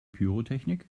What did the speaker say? pyrotechnik